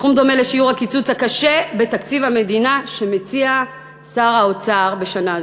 סכום דומה לשיעור הקיצוץ הקשה בתקציב המדינה שמציע שר האוצר בשנה זו.